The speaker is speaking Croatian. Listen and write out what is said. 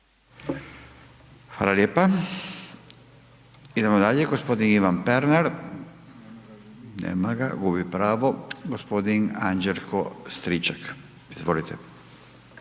Hvala lijepa. Idemo dalje, g. Ivan Pernar, nema ga, gubi pravo. G. Anđelko Stričak, izvolite.